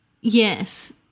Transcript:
Yes